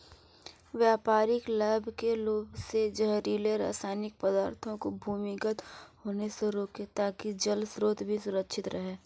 व्यापारिक लाभ के लोभ से जहरीले रासायनिक पदार्थों को भूमिगत होने से रोकें ताकि जल स्रोत भी सुरक्षित रहे